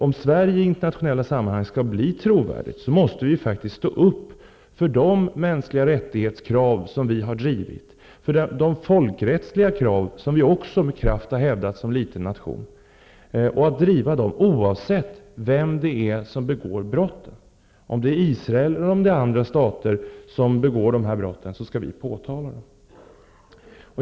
Om Sverige i internationella sammanhang skall bli trovärdigt, måste vi stå upp för de krav på mänskliga rättigheter som vi har drivit, för de folkrättsliga krav som vi också med kraft har hävdat som liten nation, och driva dem oavsett vem som begår brotten. Om det är Israel eller andra stater som begår dem skall vi påtala dem.